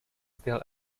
still